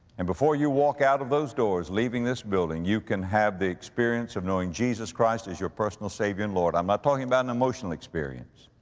and before you walk out of those doors leaving this building, you can have the experience of knowing jesus christ as your personal savior and lord. i'm not talking about an emotional experience.